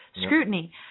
scrutiny